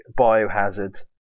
biohazard